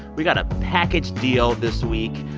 we've got a package deal this week,